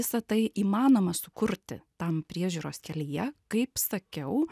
visa tai įmanoma sukurti tam priežiūros kelyje kaip sakiau